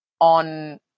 on